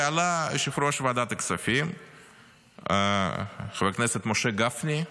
ועלה יושב-ראש ועדת הכספים חבר הכנסת משה גפני,